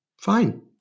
Fine